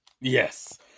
Yes